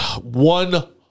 One